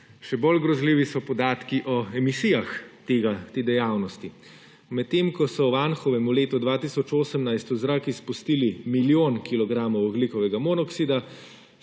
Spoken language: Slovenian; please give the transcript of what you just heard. Še bolj grozljivi so podatki o emisijah te dejavnosti: medtem ko so v Anhovem v letu 2018 v zrak spustili milijon kilogramov ogljikovega monoksida,